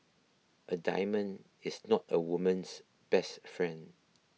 a diamond is not a woman's best friend